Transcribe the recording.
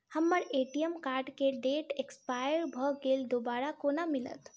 हम्मर ATM card केँ date expire भऽ गेल दोबारा कोना मिलत?